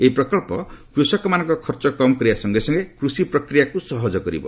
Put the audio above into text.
ଏହି ପ୍ରକଳ୍ପ କୃଷକମାନଙ୍କ ଖର୍ଚ୍ଚ କମ୍ କରିବା ସଙ୍ଗେ ସଙ୍ଗେ କୃଷି ପ୍ରକ୍ରିୟାକୁ ସହଜ କରିବ